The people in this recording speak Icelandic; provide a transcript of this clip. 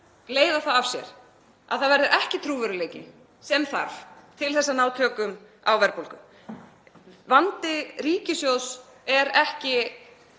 leiða það af sér að það verður ekki sá trúverðugleiki sem þarf til að ná tökum á verðbólgu. Vandi ríkissjóðs er ekki